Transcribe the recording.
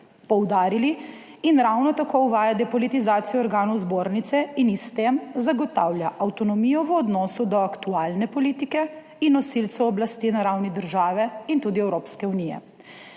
poudarili, in ravno tako uvaja depolitizacijo organov Zbornice in ji s tem zagotavlja avtonomijo v odnosu do aktualne politike in nosilcev oblasti na ravni države in tudi Evropske unije.